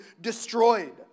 destroyed